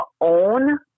own